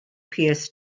pierce